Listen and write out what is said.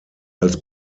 als